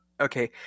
Okay